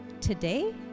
Today